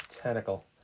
Tentacle